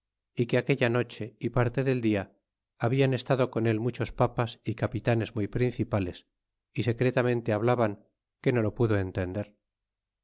é que aquella noche é parte del dia hablan estado con él muchos papas y capitanes muy principales y secretamente hablaban que no lo pudo entender